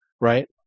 right